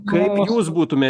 kaip jūs būtumėt